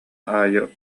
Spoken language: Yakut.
аайы